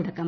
തുടക്കം